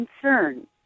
concern